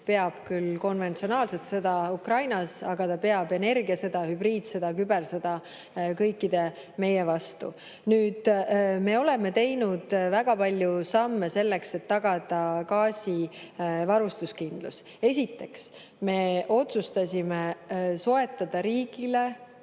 peab küll konventsionaalset sõda Ukrainas, aga ta peab energiasõda, hübriidsõda, kübersõda kõigi meie vastu. Me oleme teinud väga palju samme selleks, et tagada gaasivarustuskindlus. Esiteks, me otsustasime soetada riikliku